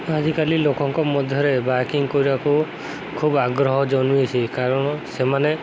ଆଜିକାଲି ଲୋକଙ୍କ ମଧ୍ୟରେ ବାଇକିଂ କରିବାକୁ ଖୁବ ଆଗ୍ରହ ଜନ୍ମିଛି କାରଣ ସେମାନେ